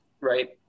right